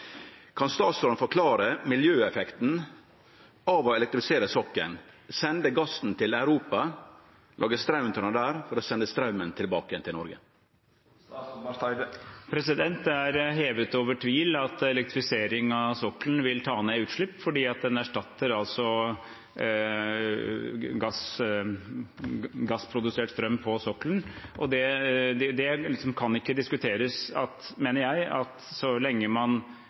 sende gassen til Europa, lage straum av han der, for så å sende straumen tilbake til Noreg? Det er hevet over tvil at elektrifisering av sokkelen vil ta ned utslipp, fordi den erstatter gassprodusert strøm på sokkelen. Det kan ikke diskuteres, mener jeg, at så lenge man